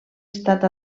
estat